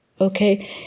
Okay